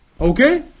Okay